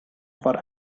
for